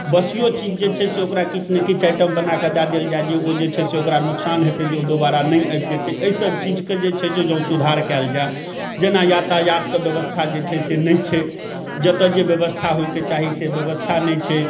बासिओ चीज जे छै से ओकरा किछु ने किछु आइटम बनाकऽ दऽ देल जाए जे ओ जे छै से ओकरा नोकसान हेतै जे ओ दुबारा नहि आबि पेतै एहिसब चीजके जे छै से जँ सुधार कएल जाए जेना यातायातके बेबस्था जे छै से नहि छै जतऽ जे बेबस्था होइके चाही से बेबस्था नहि छै